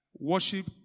worship